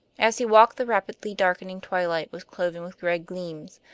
as he walked the rapidly darkening twilight was cloven with red gleams,